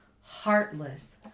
heartless